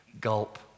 gulp